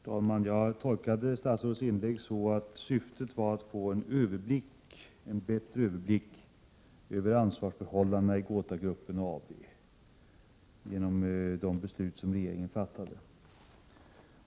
Herr talman! Jag tolkar statsrådets inlägg så att syftet med de beslut regeringen fattade var att man skulle få en bättre överblick över ansvarsförhållandena i GotaGruppen AB.